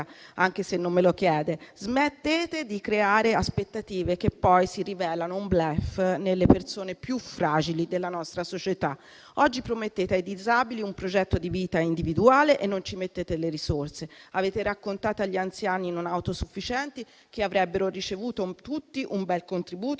anche se non me lo chiede: smettete di creare aspettative, che poi si rivelano un *bluff*, nelle persone più fragili della nostra società. Oggi promettete ai disabili un progetto di vita individuale, ma non ci mettete le risorse. Avete raccontato agli anziani non autosufficienti che avrebbero ricevuto tutti un bel contributo,